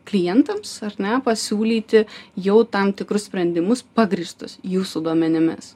klientams ar ne pasiūlyti jau tam tikrus sprendimus pagrįstus jūsų duomenimis